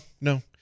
no